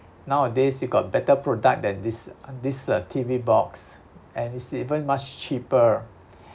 nowadays you got better product than this uh this uh T_V box and it's even much cheaper